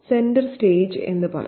centre stage എന്നു പറയാം